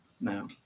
now